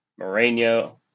Mourinho